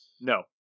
No